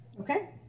Okay